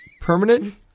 Permanent